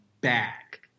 back